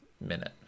minute